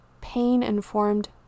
pain-informed